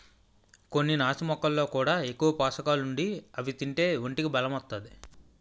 కొన్ని నాచు మొక్కల్లో కూడా ఎక్కువ పోసకాలుండి అవి తింతే ఒంటికి బలం ఒత్తాది